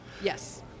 yes